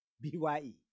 b-y-e